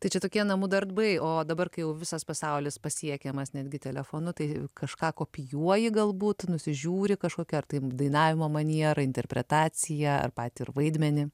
tai čia tokie namų darbai o dabar kai jau visas pasaulis pasiekiamas netgi telefonu tai kažką kopijuoji galbūt nusižiūri kažkokį ar tai dainavimo manierą interpretaciją ar patį ir vaidmenį